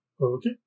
okay